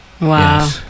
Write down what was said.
Wow